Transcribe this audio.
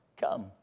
Come